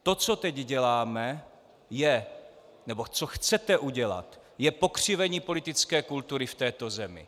To, co teď děláme nebo co chcete udělat, je pokřivení politické kultury v této zemi.